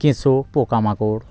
কেঁচো পোকামাকড়